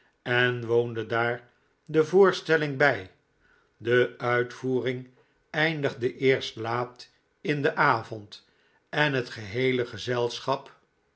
en woonde daar de voorstelling bij de uitvoering eindigde eerst laat in den avond en het geheele gezelschap